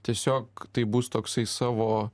tiesiog taip bus toksai savo